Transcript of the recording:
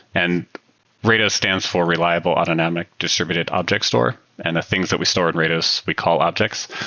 and rados stands for reliable autonomic distributed object store, and the things that we store in rados, we call objects.